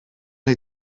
wnei